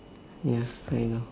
ya I know